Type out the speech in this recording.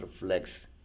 reflects